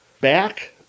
back